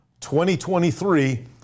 2023